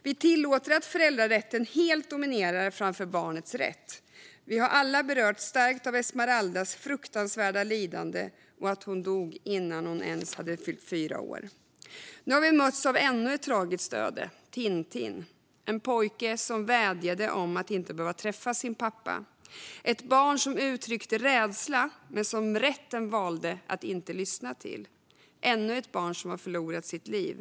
Vi tillåter att föräldrarätten helt dominerar framför barnets rätt. Vi har alla berörts starkt av Esmeraldas fruktansvärda lidande och att hon dog innan hon ens hann fylla fyra år. Nu har vi mötts av ännu ett tragiskt öde: Tintin, en pojke som vädjade om att inte behöva träffa sin pappa, ett barn som uttryckte rädsla men som rätten valde att inte lyssna till. Han är ännu ett barn som har förlorat sitt liv.